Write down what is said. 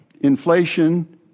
Inflation